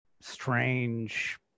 strange